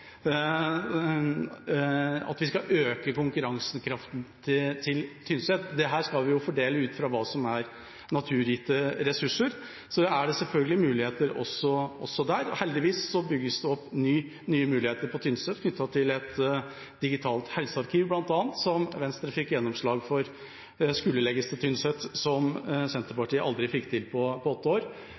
at vi skal øke konkurransekraften til Tynset. Dette skal vi fordele ut fra det som er naturgitte ressurser. Det er selvfølgelig muligheter også der. Heldigvis bygges det opp nye muligheter på Tynset, bl.a. knyttet til et digitalt helsearkiv, som Venstre fikk gjennomslag for skulle legges til Tynset, noe Senterpartiet aldri fikk til på åtte år.